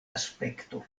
aspekto